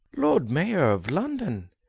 lord mayor of london!